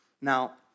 Now